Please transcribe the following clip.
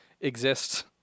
exists